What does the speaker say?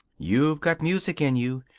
you've got music in you.